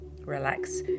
Relax